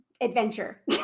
adventure